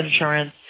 insurance